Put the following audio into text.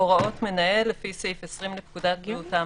"הוראות המנהל" לפי סעיף 20 לפקודת בריאות העם,